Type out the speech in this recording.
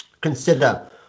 consider